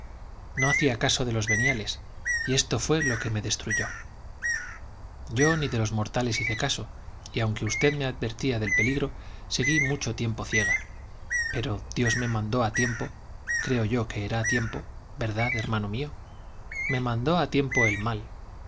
no hacía caso de los veniales y esto fue lo que me destruyó yo ni de los mortales hice caso y aunque usted me advertía del peligro seguí mucho tiempo ciega pero dios me mandó a tiempo creo yo que era a tiempo verdad hermano mío me mandó a tiempo el mal